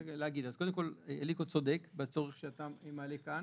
קודם כול, אליקו צודק בצורך שהוא מעלה כאן.